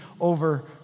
over